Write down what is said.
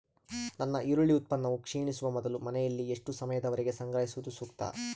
ನನ್ನ ಈರುಳ್ಳಿ ಉತ್ಪನ್ನವು ಕ್ಷೇಣಿಸುವ ಮೊದಲು ಮನೆಯಲ್ಲಿ ಎಷ್ಟು ಸಮಯದವರೆಗೆ ಸಂಗ್ರಹಿಸುವುದು ಸೂಕ್ತ?